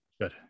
Good